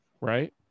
right